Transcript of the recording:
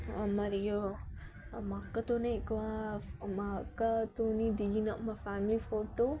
మరియు మా అక్కతో ఎక్కువ మా అక్కతో దిగిన మా ఫ్యామిలీ ఫోటో